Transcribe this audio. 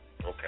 Okay